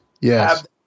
yes